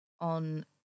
on